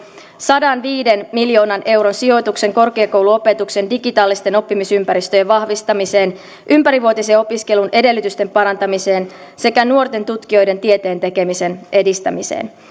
sadanviiden miljoonan euron sijoituksen korkeakouluopetuksen digitaalisten oppimisympäristöjen vahvistamiseen ympärivuotisen opiskelun edellytysten parantamiseen sekä nuorten tutkijoiden tieteen tekemisen edistämiseen